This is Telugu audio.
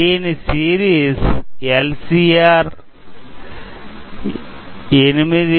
దాని సిరీస్ ఎల్ సి ఆర్ 8100